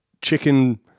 Chicken